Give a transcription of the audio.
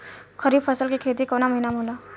खरीफ फसल के खेती कवना महीना में होला?